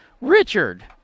Richard